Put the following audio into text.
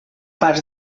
parts